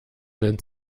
nennt